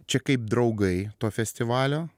čia kaip draugai to festivalio